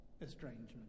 estrangement